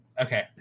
Okay